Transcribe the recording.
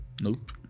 Nope